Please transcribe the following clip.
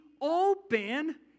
open